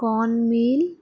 Korn meal